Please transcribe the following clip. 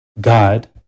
God